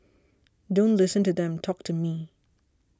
don't listen to them talk to me